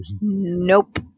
Nope